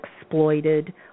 exploited